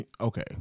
Okay